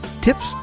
Tips